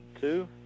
Two